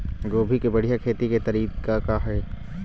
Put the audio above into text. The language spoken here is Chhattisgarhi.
गोभी के बढ़िया खेती के तरीका का हे?